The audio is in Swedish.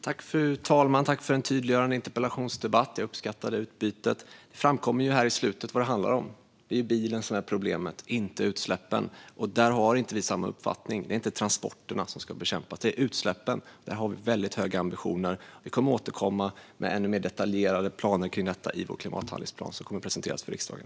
Fru talman! Jag tackar för en tydliggörande interpellationsdebatt. Jag uppskattade utbytet. Det framkom i slutet av debatten vad det handlar om, nämligen att det är bilen som är problemet och inte utsläppen. Där har vi inte samma uppfattning. Det är inte transporterna som ska bekämpas, utan det är utsläppen som ska bekämpas. Där har vi väldigt höga ambitioner. Vi kommer att återkomma med ännu mer detaljerade planer kring detta i vår klimathandlingsplan som kommer att presenteras för riksdagen.